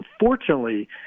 unfortunately